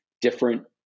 different